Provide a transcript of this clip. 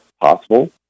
possible